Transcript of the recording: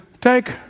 take